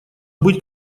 быть